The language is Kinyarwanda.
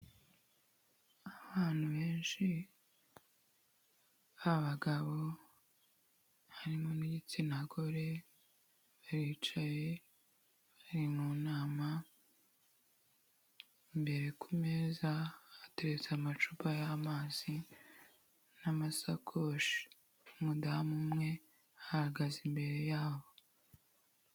Ahantu henshi h'abagabo harimo n'igitsina gore baricaye bari mu nama imbere ku meza hateretse amacupa y'amazi n'amasakoshi, umudamu umwe ahagaze imbere y'abo.